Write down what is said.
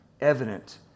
evident